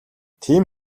тийм